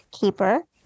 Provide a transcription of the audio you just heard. keeper